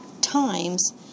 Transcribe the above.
times